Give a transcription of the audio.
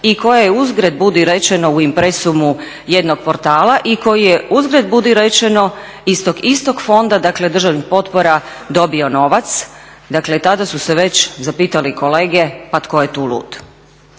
i koja je uzgred budi rečeno u impresumu jednog portala i koji je uzgred budi rečeno iz tog istog Fonda državnih potpora dobio novac, dakle tada su se već zapitali kolege pa tko je tu lud?